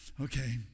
okay